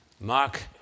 Mark